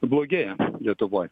blogėja lietuvoj